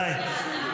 די.